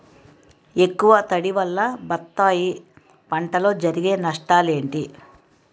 ఎక్కువ తడి వల్ల బత్తాయి పంటలో జరిగే నష్టాలేంటి?